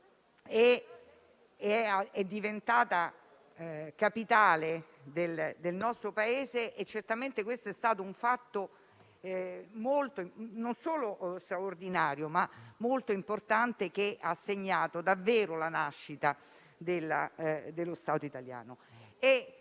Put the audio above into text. è diventata capitale del nostro Paese e certamente questo è stato un fatto straordinariamente importante, che ha segnato davvero la nascita dello Stato italiano.